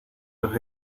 los